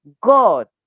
God